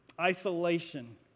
Isolation